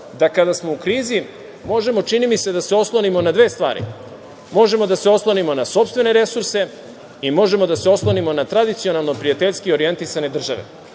da kada smo u krizi možemo, čini mi se, da se oslonimo na dve stvari. Možemo da se oslonimo na sopstvene resurse i možemo da se oslonimo na tradicionalno prijateljski orijentisane države. Kada